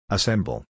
Assemble